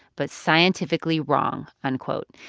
but scientifically wrong unquote.